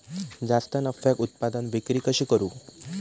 जास्त नफ्याक उत्पादन विक्री कशी करू?